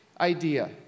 idea